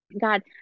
God